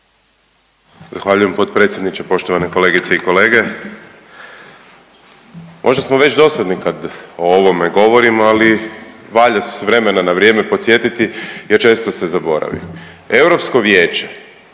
Zahvaljujem potpredsjedniče. Poštovane kolegice i kolege. Možda smo već dosadni kad o ovome govorimo, ali valja s vremena na vrijeme podsjetiti jer često se zaboravi. Europsko vijeće